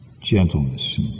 gentleness